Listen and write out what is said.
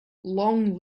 long